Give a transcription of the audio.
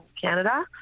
Canada